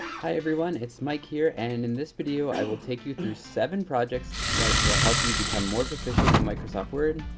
hi everyone, it's mike here. and in this video i will take you through seven projects that will help you become more proficient in microsoft word,